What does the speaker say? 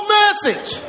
message